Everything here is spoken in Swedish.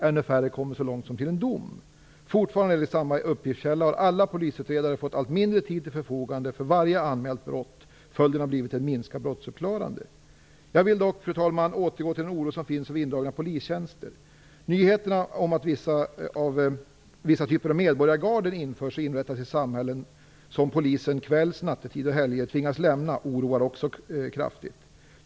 Ännu färre kommer så långt som till en dom, fortfarande enligt samma uppgiftskälla. Alla polisutredare har fått allt mindre tid till förfogande för varje anmält brott. Följden har blivit ett minskat brottsuppklarande. Fru talman! Jag vill dock återgå till frågan om oron över indragna polistjänster. Nyheterna om att vissa typer av medborgargarden inrättas i samhällen, som polisen tvingas lämna kvälls och nattetid samt helger, oroar också kraftigt.